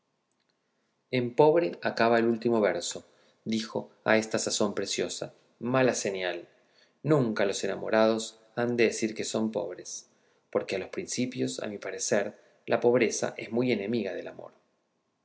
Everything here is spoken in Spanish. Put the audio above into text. en pobre acaba el último verso dijo a esta sazón preciosa mala señal nunca los enamorados han de decir que son pobres porque a los principios a mi parecer la pobreza es muy enemiga del amor